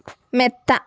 മെത്ത